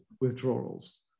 withdrawals